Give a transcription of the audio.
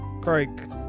Craig